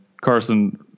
Carson